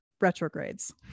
retrogrades